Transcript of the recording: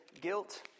guilt